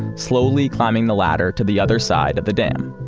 slowly climbing the ladder to the other side of the dam.